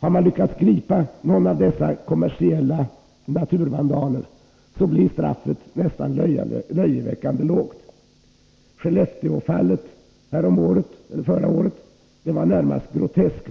Har man lyckats gripa någon av dessa kommersiella naturvandaler blir straffet nästan löjeväckande lågt. Skellefteåfallet förra året var närmast groteskt.